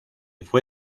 fue